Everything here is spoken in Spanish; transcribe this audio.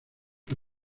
que